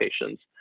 patients